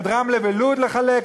את רמלה ולוד לחלק?